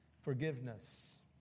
forgiveness